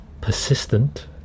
persistent